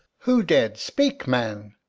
who dead? speak, man.